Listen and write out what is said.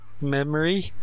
Memory